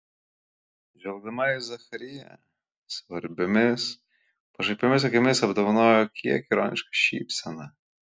žvelgdama į zachariją skvarbiomis pašaipiomis akimis apdovanojo kiek ironiška šypsena